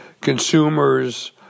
consumers